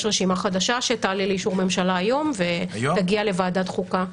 יש רשימה חדשה שתעלה לאישור ממשלה היום ותגיע לוועדת חוקה.